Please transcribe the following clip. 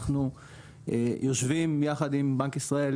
אנחנו יושבים יחד עם בנק ישראל,